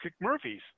murphy's